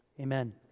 amen